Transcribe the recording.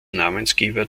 namensgeber